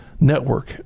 Network